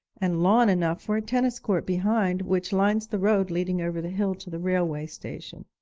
and lawn enough for a tennis court behind, which lines the road leading over the hill to the railway station.